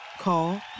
Call